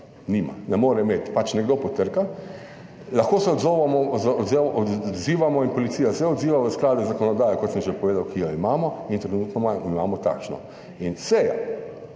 nima, ne more imeti, pač nekdo potrka. Lahko se odzovemo, odzivamo in policija se odziva v skladu z zakonodajo, kot sem že povedal, ki jo imamo in trenutno imamo takšno. In seja,